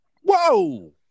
Whoa